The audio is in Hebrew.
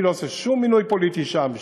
אני לא עושה שום מינוי פוליטי שם,